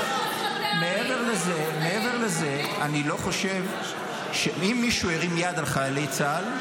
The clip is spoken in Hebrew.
מעבר לזה, אם מישהו הרים יד על חיילי צה"ל,